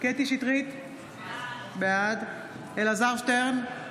קטי קטרין שטרית, בעד אלעזר שטרן,